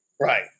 Right